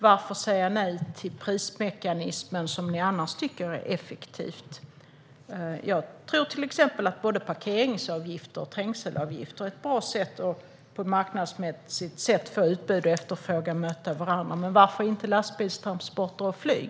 Varför säger ni nej till en prismekanism som ni annars tycker är effektiv? Jag tror till exempel att både parkeringsavgifter och trängselavgifter är ett bra och marknadsmässigt sätt att få utbud och efterfrågan att möta varandra. Men varför ska detta inte gälla lastbilstransporter och flyg?